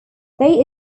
they